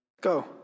Go